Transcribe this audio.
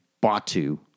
Batu